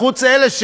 חוץ מאלה,